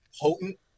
potent